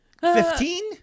Fifteen